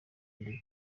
ndi